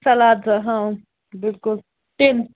سلات زٕ ہاں بِلکُل تِم